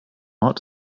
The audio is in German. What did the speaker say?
ort